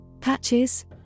patches